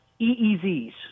EEZs